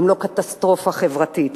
אם לא קטסטרופה חברתית?